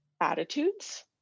attitudes